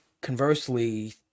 conversely